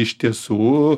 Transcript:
iš tiesų